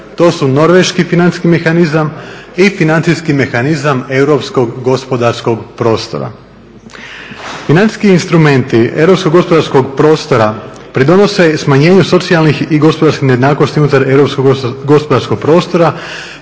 To su norveški financijski mehanizam i financijski mehanizam Europskog gospodarskog prostora. Financijski instrumenti Europskog gospodarskog prostora pridonose smanjenju socijalnih i gospodarskih nejednakosti unutar Europskog gospodarskog prostora